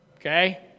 Okay